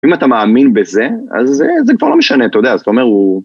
אם אתה מאמין בזה, אז זה כבר לא משנה, אתה יודע, זאת אומרת, הוא...